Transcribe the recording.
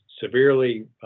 severely